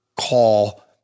call